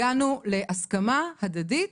הגענו להסכמה הדדית